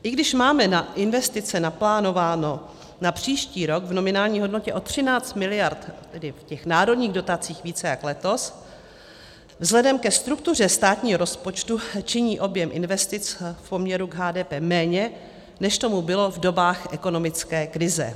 I když máme na investice naplánováno na příští rok v nominální hodnotě o 13 mld., tedy v těch národních dotacích, více než letos, vzhledem ke struktuře státního rozpočtu činí objem investic v poměru k HDP méně, než tomu bylo v dobách ekonomické krize.